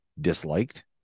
disliked